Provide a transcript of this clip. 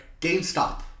GameStop